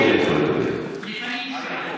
לפנים משורת הדין.